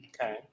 okay